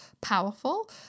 powerful